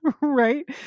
right